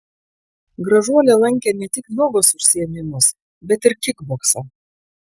gražuolė lankė ne tik jogos užsiėmimus bet ir kikboksą